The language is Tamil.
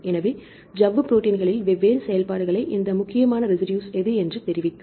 எனவே சவ்வு ப்ரோடீன்களில் வெவ்வேறு செயல்பாடுகளைச் இந்த முக்கியமான ரெஸிடூஸ் எது என்று தெரிவிக்கும்